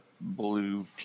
blue